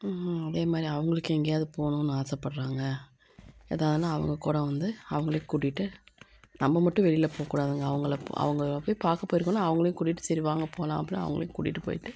அதே மாதிரி அவங்களுக்கு எங்கேயாவது போகணுன்னு ஆசைப்பட்றாங்க எதாவதுன்னா அவங்க கூட வந்து அவங்களையும் கூட்டிட்டு நம்ம மட்டும் வெளியில் போக கூடாதுங்க அவங்களை அவங்களை போய் பார்க்க போயிருக்கோன்னால் அவங்களையும் கூட்டிட்டு சரி வாங்க போகலாம் அப்படின் அவங்களையும் கூட்டிகிட்டு போயிட்டு